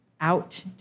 out